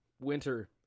winter